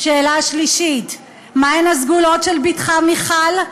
שאלה שלישית: מה הן הסגולות של בתך מיכל,